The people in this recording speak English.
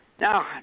Now